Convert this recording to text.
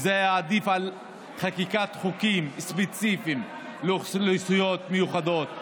וזה עדיף על חקיקת חוקים ספציפיים לאוכלוסיות מיוחדות,